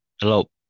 Hello